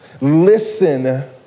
Listen